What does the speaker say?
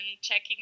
checking